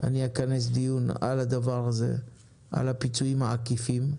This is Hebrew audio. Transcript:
אני אכנס דיון על הדבר הזה, על הפיצויים העקיפים,